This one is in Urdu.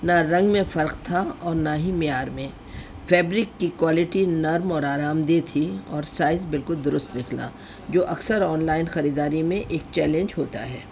نہ رنگ میں فرق تھا اور نہ ہی معیار میں فیبرک کی کوالٹی نرم اور آرام دہ تھی اور سائز بالکل درست نکلا جو اکثر آن لائن خریداری میں ایک چیلنج ہوتا ہے